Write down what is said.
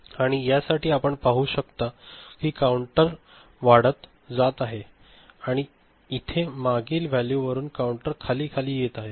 आणि यासाठी आपण पाहू शकता की काउंटर वाढत जात आहे आणि इथे मागील व्हॅल्यू वरुन काउंटर खाली खाली येत आहे